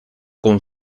con